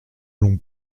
l’on